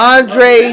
Andre